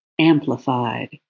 amplified